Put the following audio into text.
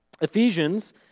Ephesians